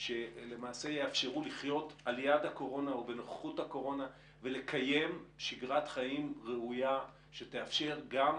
שלמעשה יאפשרו לחיות על יד הקורונה ולקיים שגרת חיים ראויה שתאפשר גם